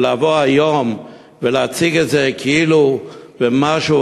לבוא היום ולהציג את זה כאילו זה משהו,